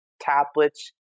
tablets